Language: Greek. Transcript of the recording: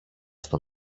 στο